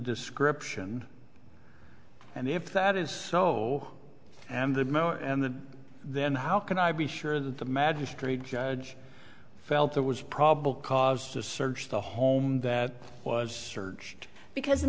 description and if that is so and the and the then how can i be sure that the magistrate judge felt there was probable cause to search the home that was searched because